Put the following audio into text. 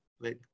Let